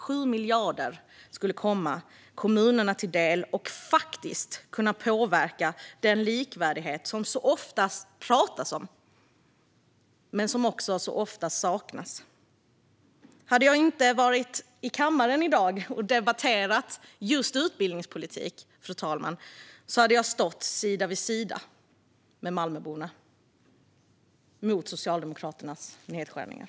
7 miljarder skulle komma kommunerna till del och faktiskt kunna påverka den likvärdighet som det så ofta talas om men som också så ofta saknas. Hade jag inte varit i kammaren i dag och debatterat just utbildningspolitik, fru talman, skulle jag ha stått sida vid sida med Malmöborna och demonstrerat mot Socialdemokraternas nedskärningar.